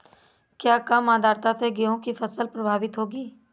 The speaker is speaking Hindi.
क्या कम आर्द्रता से गेहूँ की फसल प्रभावित होगी?